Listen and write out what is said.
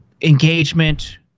engagement